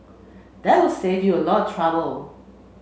that will save you a lot trouble